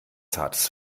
zartes